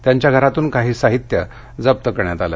त्यांच्या घरातून काही साहित्य जप्त करण्यात आलं